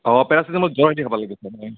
অঁ পেৰাচিটেমল জ্বৰ উঠিলে খাব লাগে